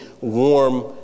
warm